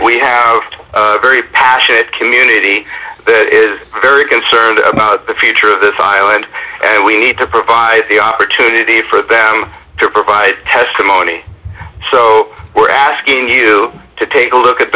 we have a very passionate community there is very concerned about the future of the file and we have to provide the opportunity for them to provide testimony so we're asking you to take a look at